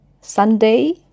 Sunday